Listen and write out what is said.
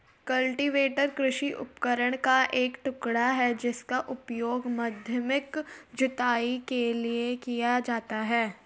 cultivator कृषि उपकरण का एक टुकड़ा है जिसका उपयोग माध्यमिक जुताई के लिए किया जाता है